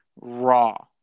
raw